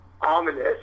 ominous